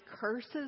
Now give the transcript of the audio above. curses